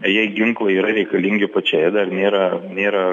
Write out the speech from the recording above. jai ginklai yra reikalingi pačiai dar nėra nėra